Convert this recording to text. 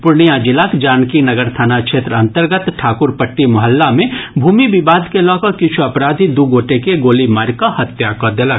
पूर्णिया जिलाक जानकी नगर थाना क्षेत्र अंतर्गत ठाकुरपट्टी मोहल्ला मे भूमि विवाद के लऽ कऽ किछु अपराधी दू गोटे के गोली मारि कऽ हत्या कऽ देलक